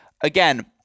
again